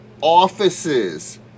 offices